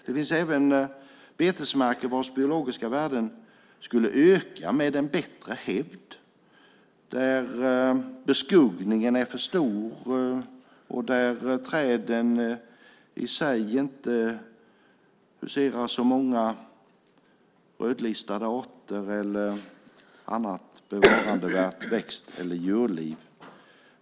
Det finns även betesmarker vilkas biologiska värden skulle öka med en bättre hävd, där beskuggningen är för stor och där träden i sig inte huserar så många rödlistade arter eller annat bevarandevärt växt eller djurliv.